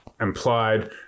implied